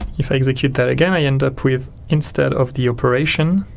if i execute that again, i end up with, instead of the operation,